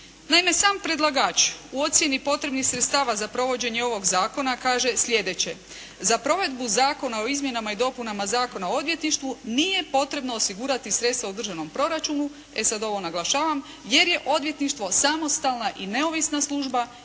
Naime, sam predlagač u ocjeni potrebnih sredstava za provođenje ovog zakona kaže slijedeće. Za provedbu Zakona o izmjenama i dopunama Zakona o odvjetništvu nije potrebno osigurati sredstva u državnom proračunu. E sad ovo naglašavam, jer je odvjetništvo samostalna i neovisna služba i